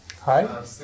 Hi